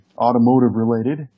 automotive-related